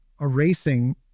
erasing